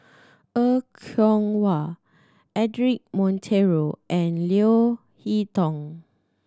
Er Kwong Wah Cedric Monteiro and Leo Hee Tong